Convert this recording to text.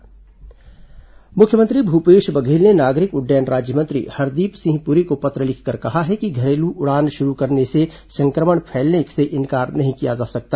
मुख्यमंत्री केंद्रीय मंत्री पत्र मुख्यमंत्री भूपेश बघेल ने नागरिक उड्डयन राज्यमंत्री हरदीप सिंह पुरी को पत्र लिखकर कहा है कि घरेलू उड़ान शुरू करने से संक्रमण फैलने से इंकार नहीं किया जा सकता